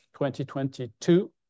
2022